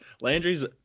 Landry's